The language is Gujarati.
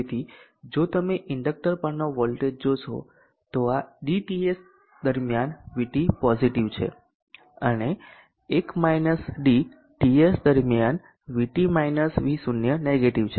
તેથી જો તમે ઇન્ડેક્ટરન પરનો વોલ્ટેજ જોશો તો આ dTS દરમિયાન VT પોઝિટિવ છે તે TS દરમિયાન VT V0 નેગેટિવ છે